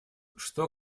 что